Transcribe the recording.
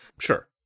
Sure